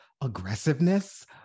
aggressiveness